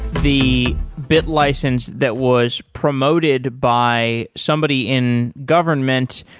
the bit license that was promoted by somebody in government,